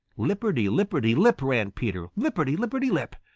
lipperty-lipperty-lip ran peter, lipperty-lipperty-lip,